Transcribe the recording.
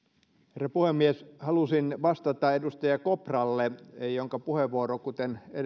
herra puhemies halusin vastata edustaja kopralle jonka puheenvuoro kuten